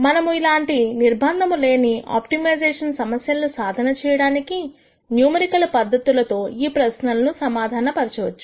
మనము ఇలాంటి నిర్బంధము లేని ఆప్టిమైజేషన్ సమస్యలను సాధన చేయడానికి న్యూమరికల్ పద్ధతుల తో ఈ ప్రశ్నలను సమాధాన పరచవచ్చు